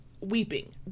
weeping